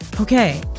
Okay